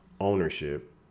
ownership